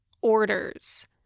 orders